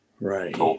Right